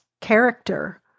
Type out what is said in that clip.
character